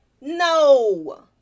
No